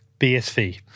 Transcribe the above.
BSV